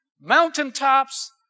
mountaintops